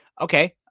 Okay